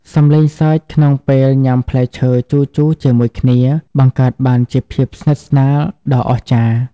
សំឡេងសើចក្នុងពេលញ៉ាំផ្លែឈើជូរៗជាមួយគ្នា បង្កើតបានជាភាពស្និទ្ធស្នាលដ៏អស្ចារ្យ។